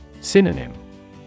Synonym